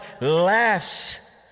laughs